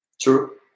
True